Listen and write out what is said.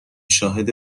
شاهد